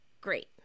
Great